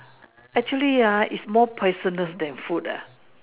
actually ah is more poisonous than food ah